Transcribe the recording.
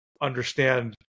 understand